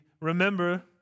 remember